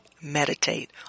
Meditate